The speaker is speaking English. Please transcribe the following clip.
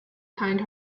kind